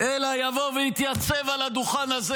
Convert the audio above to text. אלא יבוא ויתייצב על הדוכן הזה,